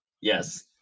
Yes